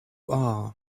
are